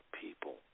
people